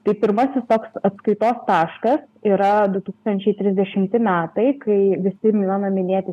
tai pirmasis toks atskaitos taškas yra du tūkstančiai trisdešimti metai kai visi mano minėti